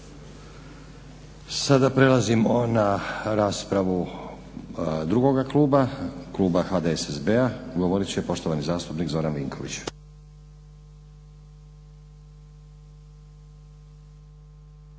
Sada prelazimo na raspravu drugoga kluba, kluba HDSSB-a. Govorit će poštovani zastupnik Zoran Vinković.